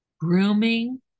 Grooming